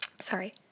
Sorry